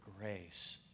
grace